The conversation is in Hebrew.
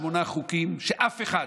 שמונה חוקים שאף אחד,